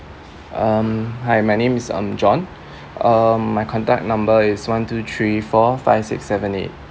um hi my name is um john uh my contact number is one two three four five six seven eight